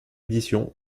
édition